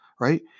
Right